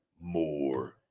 more